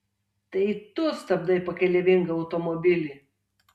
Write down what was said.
tai tu stabdai pakeleivingą automobilį